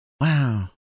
Wow